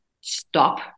stop